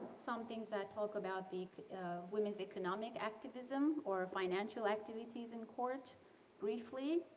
some things that i talk about, the women's economic activism or financial activities in court briefly,